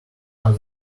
are